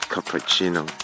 Cappuccino